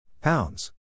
Pounds